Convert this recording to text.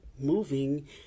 moving